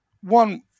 one